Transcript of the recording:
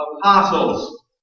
Apostles